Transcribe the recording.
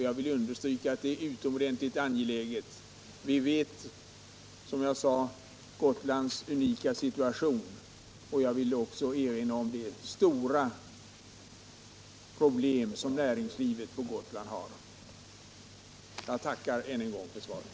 Jag vill understryka att det är utomordentligt angeläget att så sker, detta mot bakgrunden av Gotlands unika situation och de stora problem som näringslivet på Gotland har. Jag tackar än en gång för svaret.